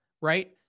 right